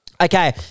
Okay